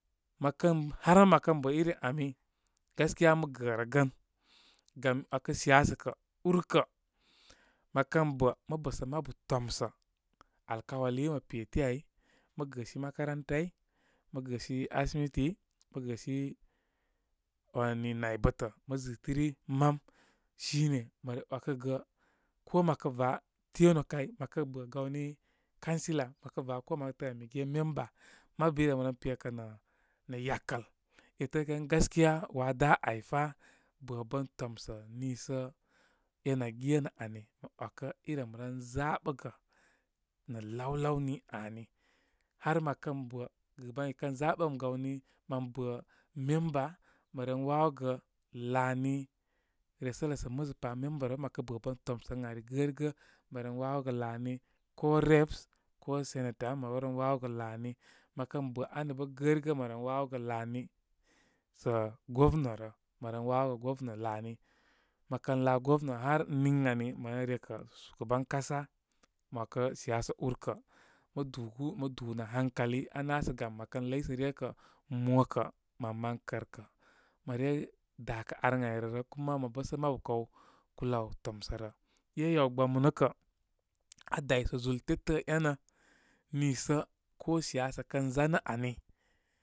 Mə kən har mə kən bə iri ami gaskiya mə gərəgən. Gam mi ‘wakə siyas kə ur kə mə kən bə mə bəsə mabu tomsə. Alkawali mə peti áy. Mə gəsi makarantai, mə gə si asimiti, mə gəsi wani naybətə, mə zɨtiri mam. sine məre ‘wakəgə, ko makə vá tenure kay mə kə ba gawni councillor, makə va ko məkə təə mən be gé member. Mabu irem ren pe kə nə yakəl. Ire təə kə ən gaskiya waa dá áy fa bə bən tomsə, niisə én aa genə ani. Mə ‘wakə i rem ren zaɓəgə nə lawlaw ni ani. Har mə kən bə gɨban ikən zaɓəm gawni mən bə member, mə ren wawogə laani, resələ sə musa pa. Member rə bə mə kə bə bən tomsə ən ari gərigə mə ren wawogə laani ko reps ko senator mə rewren wawogə laani. Məkən bə ani bə gərigə, mə ren wawogə laani sə governor rə. Mə ren wawogə governor laani. məkən laa governor, har niŋani, mə ren re kə shugaban kasa. Mə ‘wakə siyasa úrkə, mə dúgú, mə dú nə hankali. Aná sə gam mə kən ləysəryə kə mo kə mən mən kər kə, mə re dákə ar ən áy rə rə. kuma mə bə sə mabu kaw kuláw tomsə rə. É yaw gbamu nə kə aa daysa zúl tetə énə, niisə ko siyasa kən zanə ani.